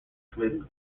excluded